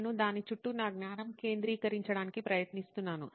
నేను దాని చుట్టూ నా జ్ఞానం కేంద్రీకరించటానికి ప్రయత్నిస్తున్నాను